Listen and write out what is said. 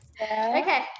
okay